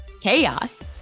Chaos